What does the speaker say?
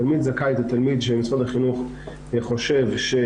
תלמיד זכאי הוא תלמיד שמשרד החינוך חושב שהוא